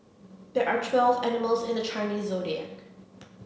there are twelve animals in the Chinese Zodiac